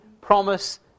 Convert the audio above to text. promise